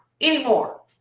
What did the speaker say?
anymore